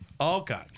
Okay